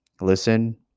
listen